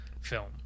film